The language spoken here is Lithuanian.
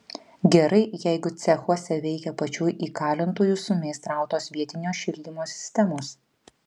gerai jeigu cechuose veikia pačių įkalintųjų sumeistrautos vietinio šildymo sistemos